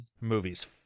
Movies